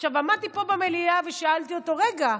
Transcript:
עמדתי פה במליאה ושאלתי אותו: רגע,